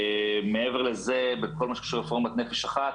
מעבר לזה, בכל מה שקשור לרפורמת "נפש אחת",